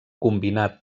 combinar